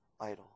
idol